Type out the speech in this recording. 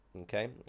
Okay